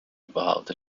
evolved